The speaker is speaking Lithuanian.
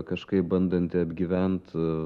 kažkaip bandanti apgyvent